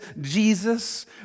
Jesus